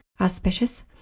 auspicious